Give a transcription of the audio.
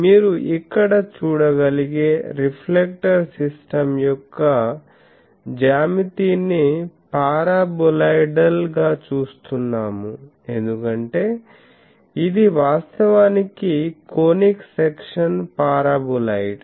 మీరు ఇక్కడ చూడగలిగే రిఫ్లెక్టర్ సిస్టమ్ యొక్క జ్యామితిని పారాబోలోయిడల్ గా చూస్తున్నాము ఎందుకంటే ఇది వాస్తవానికి కోనిక్ సెక్షన్ పారాబోలోయిడ్